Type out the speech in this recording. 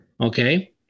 Okay